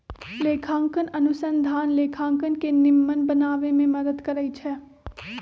लेखांकन अनुसंधान लेखांकन के निम्मन बनाबे में मदद करइ छै